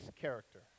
character